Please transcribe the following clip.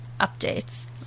updates